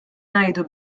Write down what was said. ngħidu